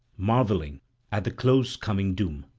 marvelling at the close-coming doom.